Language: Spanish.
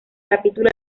capítulo